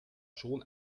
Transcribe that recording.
schon